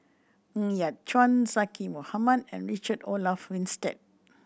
Ng Yat Chuan Zaqy Mohamad and Richard Olaf Winstedt